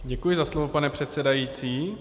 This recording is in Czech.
Děkuji za slovo, pane předsedající.